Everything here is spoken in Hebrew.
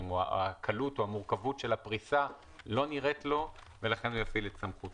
או הקלות או המורכבות של הפריסה לא נראית לו ולכן הוא יפעיל את סמכותו?